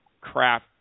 crap